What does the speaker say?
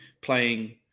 playing